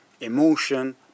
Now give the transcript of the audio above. emotion